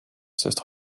sest